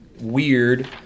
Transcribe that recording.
weird